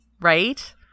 right